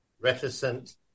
reticent